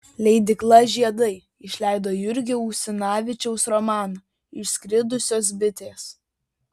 leidykla žiedai išleido jurgio usinavičiaus romaną išskridusios bitės